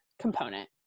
component